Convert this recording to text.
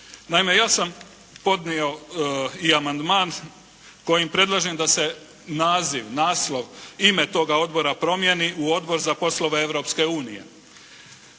Naime, ja sam podnio i amandman kojim predlažem da se naziv, naslov, ime toga odbora promijeni u Odbor za poslove Europske unije.